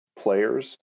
players